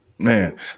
Man